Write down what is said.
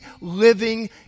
living